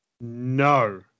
No